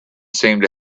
seemed